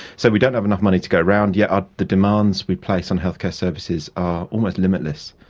so we don't have enough money to go around, yet ah the demands we place on healthcare services are almost limitless.